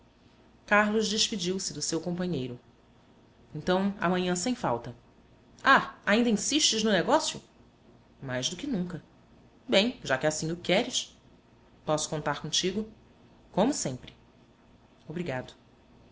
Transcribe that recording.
carlos despediu-se do seu companheiro então amanhã sem falta ah ainda insistes no negócio mais do que nunca bem já que assim o queres posso contar contigo como sempre obrigado